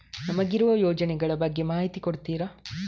ನಮಗಿರುವ ಯೋಜನೆಗಳ ಬಗ್ಗೆ ಮಾಹಿತಿ ಕೊಡ್ತೀರಾ?